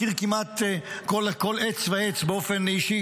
מכיר כמעט כל עץ ועץ באופן אישי,